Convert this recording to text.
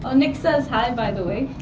ah nick says hi, by the way.